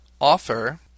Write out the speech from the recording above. offer